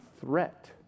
threat